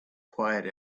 quiet